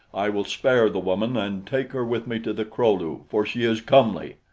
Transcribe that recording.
i will spare the woman and take her with me to the kro-lu, for she is comely.